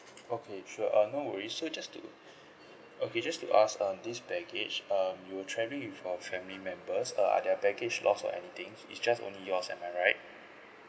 okay sure uh no worries so just to okay just to ask um this baggage um you were travelling with your family members uh are their baggage lost or anything it's just only yours am I right